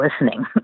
listening